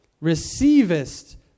receivest